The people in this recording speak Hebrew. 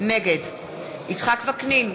נגד יצחק וקנין,